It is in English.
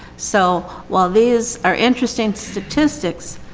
so, while these are interesting statistics,